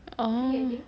uh